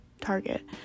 target